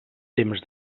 temps